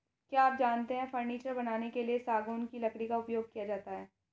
क्या आप जानते है फर्नीचर बनाने के लिए सागौन की लकड़ी का उपयोग किया जाता है